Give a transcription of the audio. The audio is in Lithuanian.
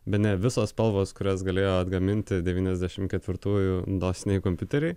bene visos spalvos kurias galėjo atgaminti devyniasdešimt ketvirtųjų dosiniai kompiuteriai